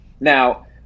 Now